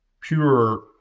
pure